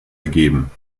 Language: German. ergeben